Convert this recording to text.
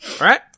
right